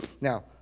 Now